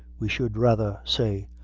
we should rather say,